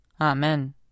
Amen